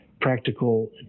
practical